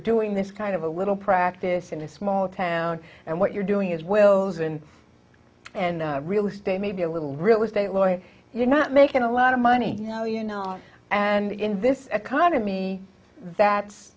doing this kind of a little practice in a small town and what you're doing as well as in and real estate maybe a little real estate lawyer you're not making a lot of money you know you know and in this economy that's